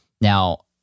Now